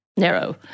Narrow